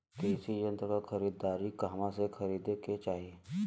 कृषि यंत्र क खरीदारी कहवा से खरीदे के चाही?